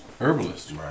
herbalist